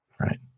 right